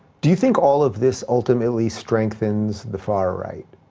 do you think all of this ultimately strengthens the far-right?